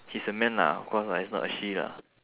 he's a man lah of course lah he's not a she lah